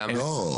למה?